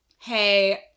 hey